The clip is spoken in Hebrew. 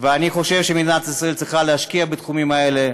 ואני חושב שמדינת ישראל צריכה להשקיע בתחומים האלה.